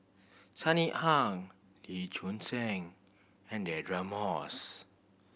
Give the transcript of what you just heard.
Sunny Ang Lee Choon Seng and Deirdre Moss